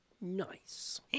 Nice